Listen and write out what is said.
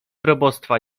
probostwa